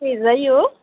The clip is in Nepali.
पेज है यो